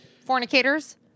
fornicators